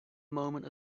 moment